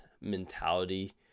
mentality